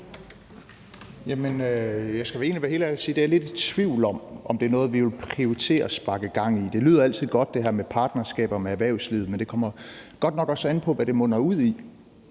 Jeg skal være helt ærlig og sige, at jeg er lidt i tvivl om, om det er noget, vi vil prioritere og sparke gang i. Det her med partnerskaber med erhvervslivet lyder altid godt, men det kommer godt nok også an på, hvad det munder ud i